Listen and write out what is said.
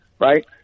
right